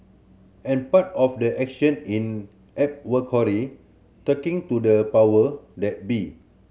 and part of the action in advocacy talking to the power that be